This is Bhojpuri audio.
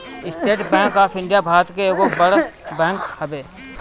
estate Bank of India Bharat के एगो बड़ बैंक हवे